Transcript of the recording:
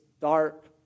dark